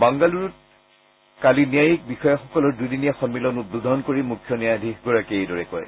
বাংগালুৰুত কালি ন্যায়িক বিষয়াসকলৰ দুদিনীয়া সন্মিলন উদ্বোধন কৰি মুখ্য ন্যায়াধীশগৰাকীয়ে এইদৰে কয়